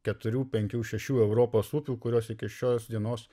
keturių penkių šešių europos upių kurios iki šios dienos